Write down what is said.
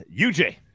UJ